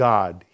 God